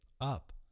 up